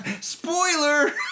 Spoiler